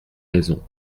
raisons